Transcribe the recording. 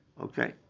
Okay